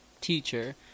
teacher